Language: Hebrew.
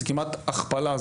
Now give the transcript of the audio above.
זו כמעט הכפלה.